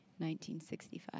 1965